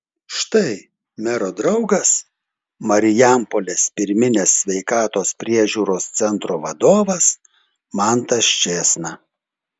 štai mero draugas marijampolės pirminės sveikatos priežiūros centro vadovas mantas čėsna